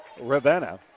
Ravenna